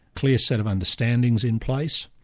clear set of understandings in place.